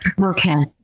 Okay